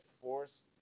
force